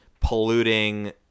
polluting